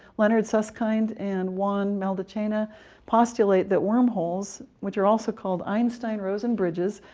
leonard susskind and juan meldacena postulate that wormholes, which are also called einstein-rosen bridges,